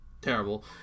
Terrible